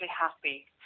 happy